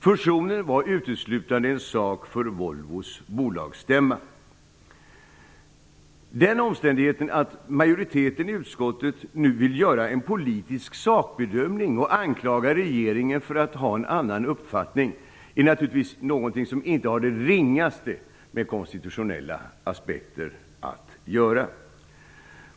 Fusionen var en sak uteslutande för Volvos bolagsstämma. Den omständigheten att majoriteten i utskottet nu vill göra en politisk sakbedömning och anklaga regeringen för att ha en annan uppfattning är naturligtvis någonting som inte har det ringaste med konstitutionella aspekter att göra. Herr talman!